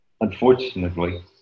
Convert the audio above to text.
Unfortunately